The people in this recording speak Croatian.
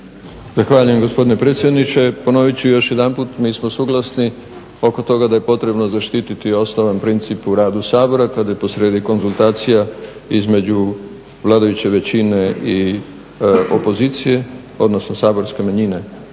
Zahvaljujem gospodine predsjedniče. Ponovit ću još jedanput mi smo suglasni oko toga da je potrebno zaštititi osnovan princip u radu Sabora kada je posrijedi konzultacija između vladajuće većine i opozicije odnosno saborske manjine